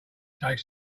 taste